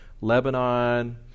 Lebanon